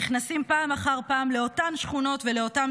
נכנסים פעם אחר פעם לאותן שכונות ולאותן